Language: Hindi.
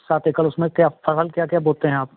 सात एकड़ उसमें क्या फसल क्या क्या बोते हैं आप